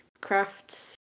crafts